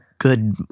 good